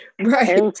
Right